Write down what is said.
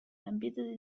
embedded